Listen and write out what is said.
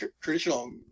traditional